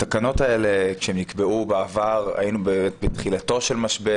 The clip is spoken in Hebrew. התקנות האלה כשנקבעו בעבר היינו בתחילתו של המשבר.